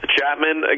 Chapman